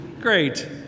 great